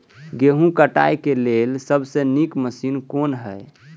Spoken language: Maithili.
गेहूँ काटय के लेल सबसे नीक मशीन कोन हय?